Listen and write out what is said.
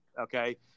Okay